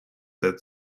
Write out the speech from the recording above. that